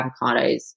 avocados